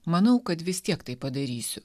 manau kad vis tiek tai padarysiu